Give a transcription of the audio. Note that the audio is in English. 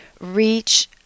reach